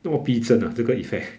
那么逼真 ah 这个 effect